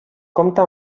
compta